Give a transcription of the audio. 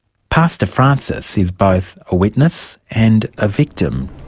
pastor francis is both a witness and a victim.